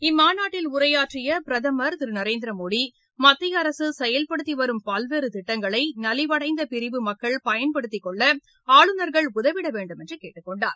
இம்மாநாட்டில் உரையாற்றிய பிரதமர் திரு நரேந்திர மோடி மத்திய அரசு செயல்படுத்திவரும் பல்வேறு திட்டங்களை நலிவடைந்த பிரிவு மக்கள் பயன்படுத்திக்கொள்ள ஆளுநர்கள் உதவிடவேண்டும் என்று கேட்டுக்கொண்டார்